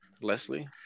Leslie